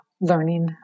learning